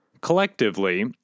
Collectively